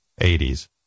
80s